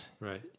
right